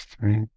right